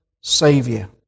savior